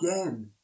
again